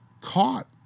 Caught